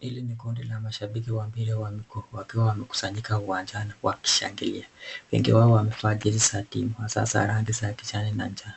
Hili ni kundi la mashabiki wa mpira wa miguu, wakiwa wamekusanyika uwanjani wakishangilia, wengi wao wamevaa jezi za timu hasa za rangi za kijani na jano,